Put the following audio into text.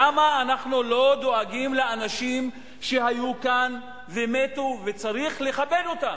למה אנחנו לא דואגים לאנשים שהיו כאן ומתו וצריך לכבד אותם?